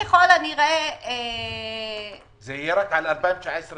זה יהיה רק על הבסיס של 2019